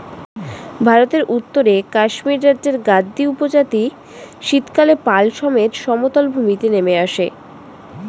ভারতের উত্তরে কাশ্মীর রাজ্যের গাদ্দী উপজাতি শীতকালে পাল সমেত সমতল ভূমিতে নেমে আসে